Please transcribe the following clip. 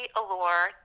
allure